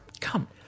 come